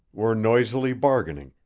were noisily bargaining,